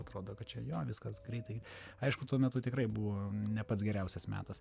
atrodo kad čia jo viskas greitai aišku tuo metu tikrai buvo ne pats geriausias metas